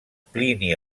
plini